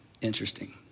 interesting